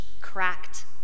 Cracked